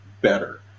better